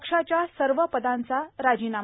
पक्षांच्या सर्व पदांचा राजीनामा